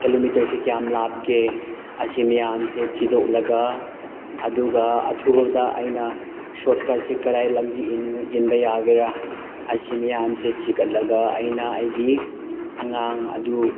ꯀꯤꯂꯣꯃꯤꯇꯔꯁꯦ ꯀꯌꯥꯝ ꯂꯥꯞꯀꯦ ꯑꯁꯤ ꯃꯌꯥꯝꯁꯦ ꯊꯤꯗꯣꯛꯂꯒ ꯑꯗꯨꯒ ꯑꯊꯨꯕꯗ ꯑꯩꯅ ꯁꯣꯔꯠꯀꯠꯁꯤ ꯀꯔꯥꯏ ꯂꯝꯕꯤ ꯏꯟꯕ ꯌꯥꯒꯦꯔꯥ ꯑꯁꯤ ꯃꯌꯥꯝꯁꯦ ꯊꯤꯒꯠꯂꯒ ꯑꯩꯅ ꯑꯩꯒꯤ ꯑꯉꯥꯡ ꯑꯗꯨ